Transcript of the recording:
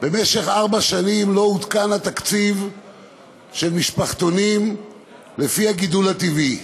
במשך ארבע שנים לא הותקן התקציב של המשפחתונים לפי הגידול הטבעי.